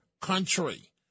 country